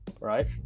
Right